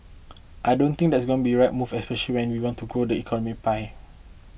I don't think that's going to be right move especial when we want to grow the economic pie